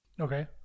Okay